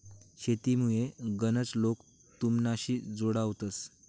शेतीमुये गनच लोके तुमनाशी जोडावतंस